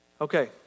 okay